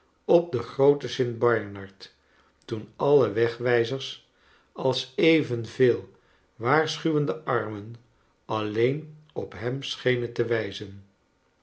op den grooten st bernard toen alle wegwijzers als evenveel waarschuwende armen alleen op hem schenen te wijzen